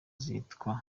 zitwa